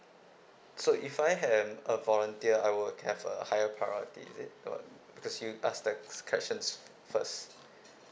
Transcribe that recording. so if I have uh volunteer I would have uh higher priority is it or because you ask those questions first